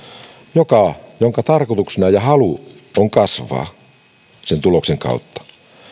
jonka tarkoituksena ja haluna on kasvaa tuloksen kautta